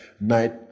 night